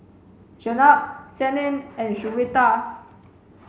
Jenab Senin and Juwita